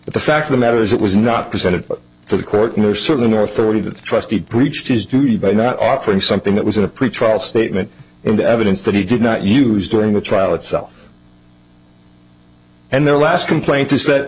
the fact of the matter is it was not presented for the quarter certainly nor thirty that the trustee breached his duty by not offering something that was a pretrial statement and evidence that he did not use during the trial itself and their last complaint is that